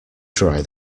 dry